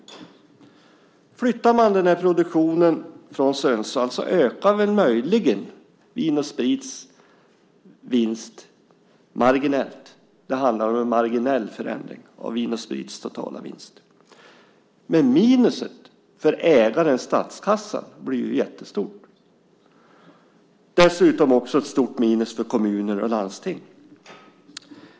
Om man flyttar denna produktion från Sundsvall ökar möjligen Vin & Sprits vinst marginellt. Det handlar om en marginell förändring av Vin & Sprits totala vinst. Men minuset för ägaren, för statskassan, blir jättestort. Dessutom blir det ett stort minus för kommuner och landsting.